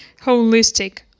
holistic